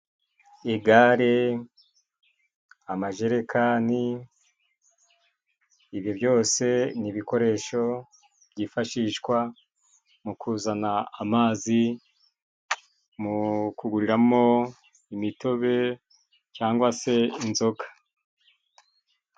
Igare, amajerekani ibyo byose ni ibikoresho byifashishwa mu kuzana amazi, mu kuguriramo imitobe cyangwa se inzoga.